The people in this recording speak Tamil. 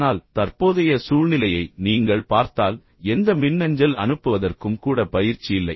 ஆனால் தற்போதைய சூழ்நிலையை நீங்கள் பார்த்தால் எந்த மின்னஞ்சல் அனுப்புவதற்கும் கூட பயிற்சி இல்லை